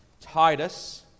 Titus